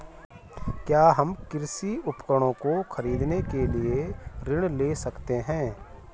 क्या हम कृषि उपकरणों को खरीदने के लिए ऋण ले सकते हैं?